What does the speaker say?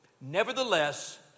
nevertheless